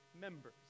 members